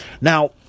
Now